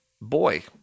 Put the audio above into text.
boy